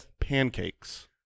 pancakes